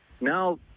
Now